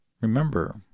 Remember